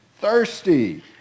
Thirsty